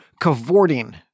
cavorting